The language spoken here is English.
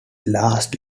last